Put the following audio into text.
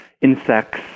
insects